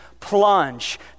plunge